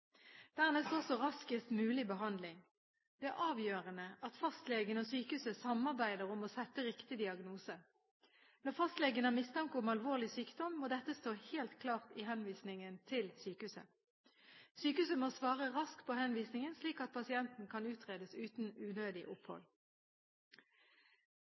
dernest også raskest mulig behandling. Det er avgjørende at fastlegen og sykehuset samarbeider om å stille riktig diagnose. Når fastlegen har mistanke om alvorlig sykdom, må dette stå helt klart i henvisningen til sykehuset. Sykehuset må svare raskt på henvisningen, slik at pasienten kan utredes uten unødig